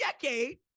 decade